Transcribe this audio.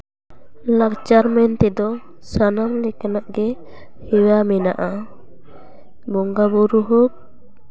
ᱞᱟᱠᱪᱟᱨ ᱢᱮᱱ ᱛᱮᱫᱚ ᱥᱟᱱᱟᱢ ᱞᱮᱠᱟᱱᱟᱜ ᱜᱮ ᱦᱮᱣᱟ ᱢᱮᱱᱟᱜᱼᱟ ᱵᱚᱸᱜᱟ ᱵᱩᱨᱩ ᱦᱚᱸ